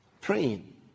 praying